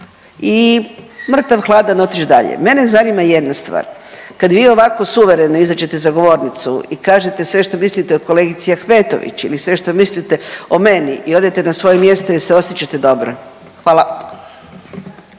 i mrtav hladan otići dalje. Mene zanima jedna stvar. Kad vi ovako suvereno izađete za govornicu i kažete sve što mislite o kolegici Ahmetović ili sve što mislite o meni i odete na svoje mjesto jel se osjećate dobro? Hvala.